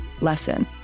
lesson